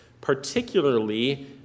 particularly